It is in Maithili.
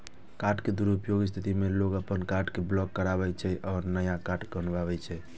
कार्ड के दुरुपयोगक स्थिति मे लोग अपन कार्ड कें ब्लॉक कराबै छै आ नया कार्ड बनबावै छै